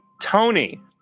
tony